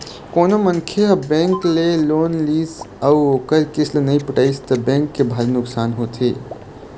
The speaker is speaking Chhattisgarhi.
कोनो मनखे ह बेंक ले लोन लिस अउ ओखर किस्त ल नइ पटइस त बेंक के भारी नुकसानी होथे